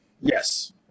Yes